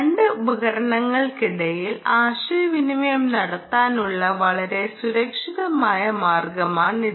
രണ്ട് ഉപകരണങ്ങൾക്കിടയിൽ ആശയവിനിമയം നടത്താനുള്ള വളരെ സുരക്ഷിതമായ മാർഗമാണിത്